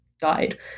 died